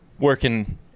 working